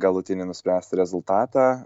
galutinį nuspręst rezultatą